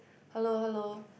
hello hello